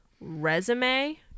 resume